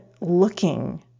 looking